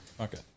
Okay